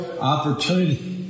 opportunity